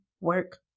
work